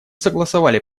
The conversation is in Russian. согласовали